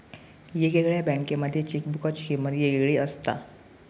येगयेगळ्या बँकांमध्ये चेकबुकाची किमंत येगयेगळी असता